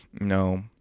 No